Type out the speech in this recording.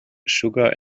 sugar